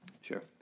Sure